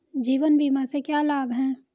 जीवन बीमा से क्या लाभ हैं?